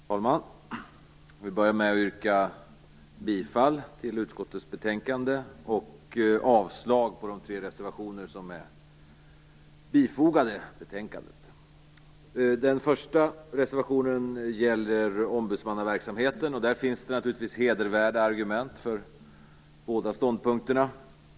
Fru talman! Jag vill börja med att yrka bifall till hemställan i utskottets betänkande och avslag på de tre reservationer som är fogade till betänkandet. Den första reservationen gäller ombudsmannaverksamheten. Det finns naturligtvis hedervärda argument för båda ståndpunkterna.